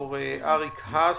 ד"ר אריק האס,